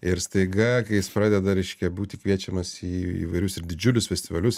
ir staiga kai jis pradeda reiškia būti kviečiamas į įvairius ir didžiulius festivalius